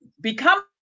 become